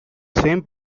same